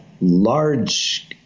large